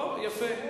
אוה, יפה.